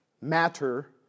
matter